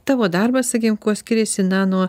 tavo darbas sakykim kuo skiriasi na nuo